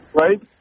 right